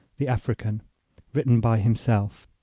the african written by himself.